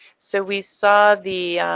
so we saw the,